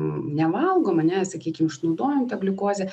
nevalgom ane sakykim išnaudojam tą gliukozę